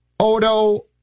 Odo